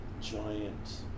giant